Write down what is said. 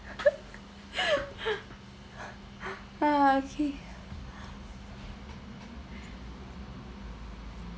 ah okay